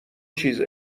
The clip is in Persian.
چیز